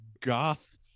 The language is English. goth